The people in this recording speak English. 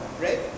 right